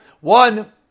one